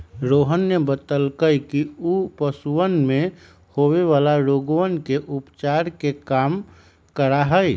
रोहन ने बतल कई कि ऊ पशुवन में होवे वाला रोगवन के उपचार के काम करा हई